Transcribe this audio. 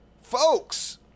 folks